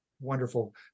wonderful